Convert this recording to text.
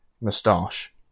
moustache